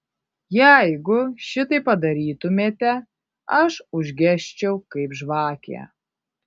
jeigu šitaip padarytumėte aš užgesčiau kaip žvakė